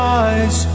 eyes